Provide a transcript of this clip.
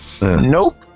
Nope